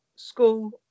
school